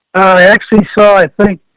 i actually saw, i think,